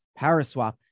Paraswap